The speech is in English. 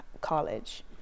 college